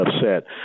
upset